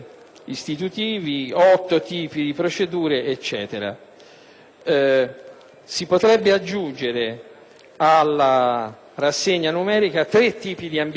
Si potrebbero aggiungere alla rassegna numerica tre tipi di ambiguità che si rintracciano nell'intervento del Ministro: